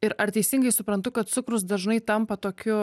ir ar teisingai suprantu kad cukrus dažnai tampa tokiu